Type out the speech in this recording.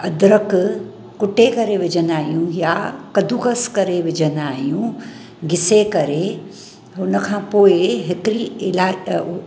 अद्रक कुटे करे विझंदा आहियूं या कदूकस करे विझंदा आहियूं घिसे करे हुन खां पोइ हिकिरी इलाए त उ